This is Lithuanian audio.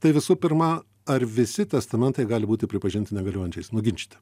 tai visų pirma ar visi testamentai gali būti pripažinti negaliojančiais nuginčyti